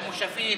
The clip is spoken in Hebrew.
במושבים.